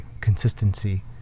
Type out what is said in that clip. consistency